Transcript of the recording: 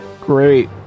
Great